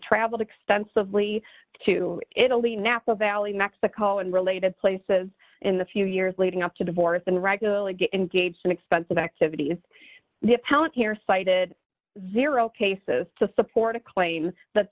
traveled extensively to italy napa valley mexico and related places in the few years leading up to divorce and regularly get engaged in expensive activities dependent care cited zero cases to support a claim that